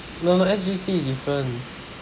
no no S_G_C is different